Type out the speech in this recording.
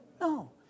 No